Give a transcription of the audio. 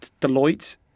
Deloitte